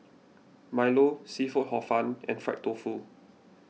Milo Seafood Hor Fun and Fried Tofu